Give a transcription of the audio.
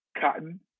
cotton